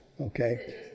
okay